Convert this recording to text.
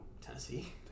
Tennessee